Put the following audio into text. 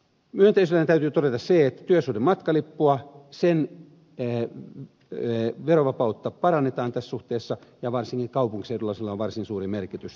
myönteisenä täytyy todeta se että työsuhdematkalipun verovapautta parannetaan tässä suhteessa ja varsinkin kaupunkiseuduilla sillä on varsin suuri merkitys